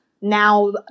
now